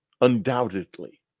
undoubtedly